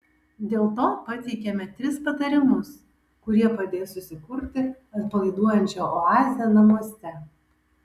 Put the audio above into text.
dėl to pateikiame tris patarimus kurie padės susikurti atpalaiduojančią oazę namuose